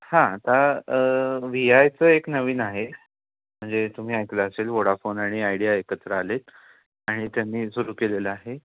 हां आता व्ही आयचं एक नवीन आहे म्हणजे तुम्ही ऐकलं असेल वोडाफोन आणि आयडिया एकत्र आले आहेत आणि त्यांनी सुरू केलेलं आहे